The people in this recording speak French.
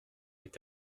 est